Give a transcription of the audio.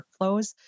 workflows